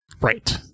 Right